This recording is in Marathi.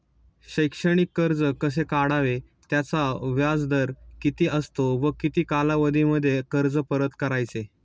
शैक्षणिक कर्ज कसे काढावे? त्याचा व्याजदर किती असतो व किती कालावधीमध्ये कर्ज परत करायचे?